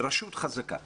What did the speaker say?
רשות חזקה